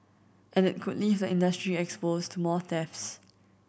and it could leave the industry exposed to more thefts